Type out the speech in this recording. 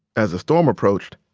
as the storm approached,